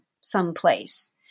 someplace